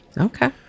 Okay